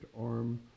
arm